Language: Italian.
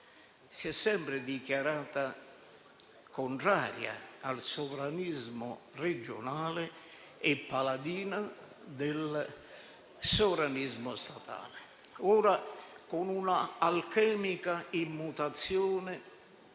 Si è sempre dichiarata contraria al sovranismo regionale e paladina del sovranismo statale. Ora, con una alchemica immutazione,